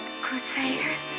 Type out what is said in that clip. Crusaders